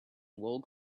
walk